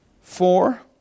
Four